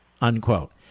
unquote